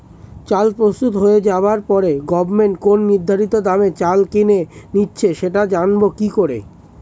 চাল প্রস্তুত হয়ে যাবার পরে গভমেন্ট কোন নির্ধারিত দামে চাল কিনে নিচ্ছে সেটা জানবো কি করে?